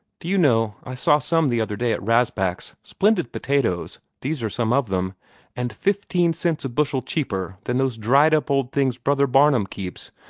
do you know, i saw some the other day at rasbach's, splendid potatoes these are some of them and fifteen cents a bushel cheaper than those dried-up old things brother barnum keeps,